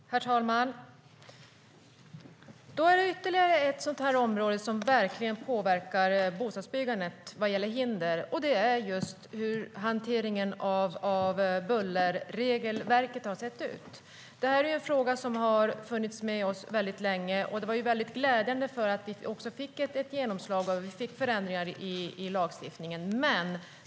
Herr talman! Här har vi ytterligare ett område som påverkar bostadsbyggandet vad gäller hinder, och det är just hur hanteringen av bullerregelverket har sett ut. Det här är en fråga som har funnits med oss väldigt länge, och det var väldigt glädjande att vi också fick ett genomslag för förändringar i lagstiftningen.